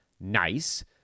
nice